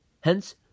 Hence